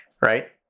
Right